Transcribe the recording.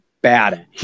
bad